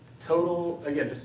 total, again,